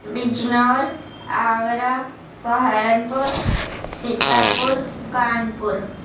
Bijnor Agra Saharanpur Sitapur Kanpur